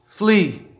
Flee